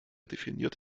definiert